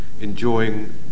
enjoying